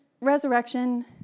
resurrection